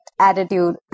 attitude